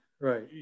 right